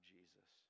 Jesus